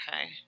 Okay